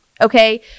okay